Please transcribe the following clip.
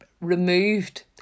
removed